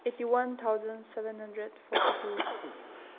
eighty one thousand seven hundred forty two